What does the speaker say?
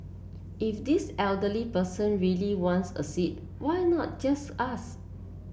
if this elderly person really wants a seat why not just ask